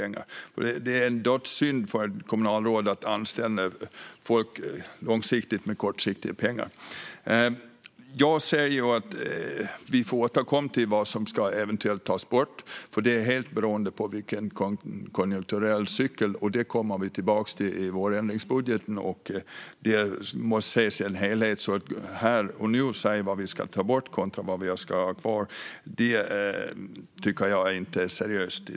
Det är en dödssynd för ett kommunalråd att anställa människor långsiktigt med kortsiktiga pengar. Vi får återkomma till vad som eventuellt ska tas bort. Det beror helt på den konjunkturella cykeln. Vi återkommer till detta i vårändringsbudgeten. Detta måste ses i en helhet. Att här och nu säga vad vi ska ta bort och vad vi ska ha kvar tycker jag inte är seriöst.